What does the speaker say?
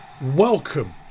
Welcome